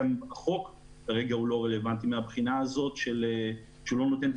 החוק כרגע לא רלוונטי מהבחינה הזאת שהוא לא נותן את הסמכויות.